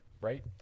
right